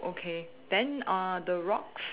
okay then uh the rocks